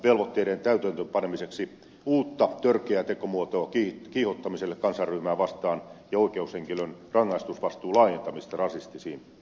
myöskin ehdotetaan velvoitteiden täytäntöönpanemiseksi uutta törkeää tekomuotoa kiihottamiselle kansanryhmää vastaan ja oikeushenkilön rangaistusvastuun laajentamista rasistisiin rikoksiin